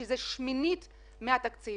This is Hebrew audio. שזה שמינית מהתקציב.